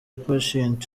patient